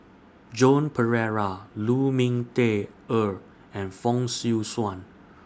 Joan Pereira Lu Ming Teh Earl and Fong Swee Suan